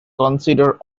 consider